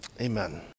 Amen